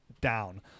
down